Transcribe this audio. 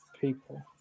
people